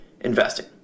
investing